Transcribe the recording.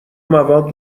مواد